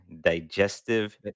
digestive